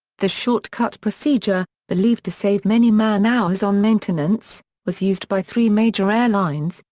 the short-cut procedure, believed to save many man hours on maintenance, was used by three major airlines,